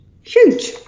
huge